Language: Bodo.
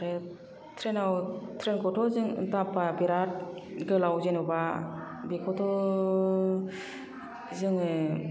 आरो ट्रेनाव ट्रेन खौथ' जों दाब्बा बेरात गोलाव जेनोबा बेखौथ' जोङो